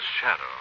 shadow